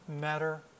matter